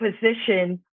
position